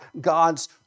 God's